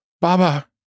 Baba